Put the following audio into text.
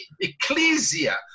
Ecclesia